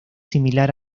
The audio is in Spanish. similar